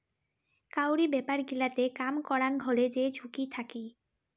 কাউরি ব্যাপার গিলাতে কাম করাং হলে যে ঝুঁকি থাকি